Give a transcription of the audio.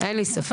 אין לי ספק.